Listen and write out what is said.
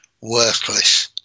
worthless